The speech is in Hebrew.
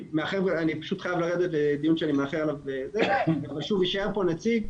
אני פשוט חייב לרדת לדיון שאני מאחר אליו ויישאר כאן נציג.